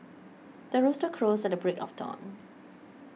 the rooster crows at the break of dawn